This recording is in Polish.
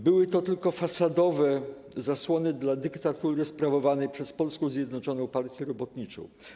Były to tylko fasadowe zasłony dla dyktatury sprawowanej przez Polską Zjednoczoną Partię Robotniczą.